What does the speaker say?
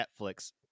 Netflix